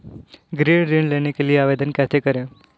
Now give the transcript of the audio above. गृह ऋण के लिए आवेदन कैसे करें?